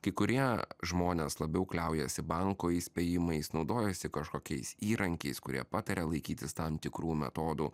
kai kurie žmonės labiau kliaujasi banko įspėjimais naudojasi kažkokiais įrankiais kurie pataria laikytis tam tikrų metodų